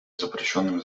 запрещенными